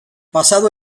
pasado